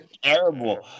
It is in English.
terrible